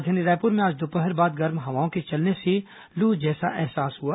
राजधानी रायपुर में आज दोपहर बाद गर्म हवाओं के चलने से लू जैसा एहसास हुआ